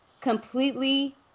completely